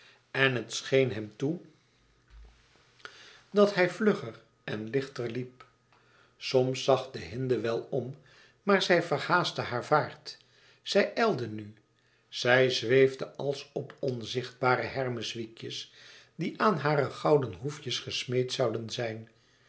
en het scheen hem toe dat hij vlugger en lichter liep soms zag de hinde wel om maar zij verhaastte haar vaart zij ijlde nu zij zweefde als op onzichtbare hermeswiekjes die aan hare gouden hoefjes gesmeed zouden zijn